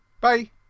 Bye